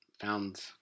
found